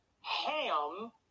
Ham